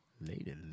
Lady